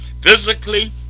physically